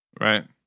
Right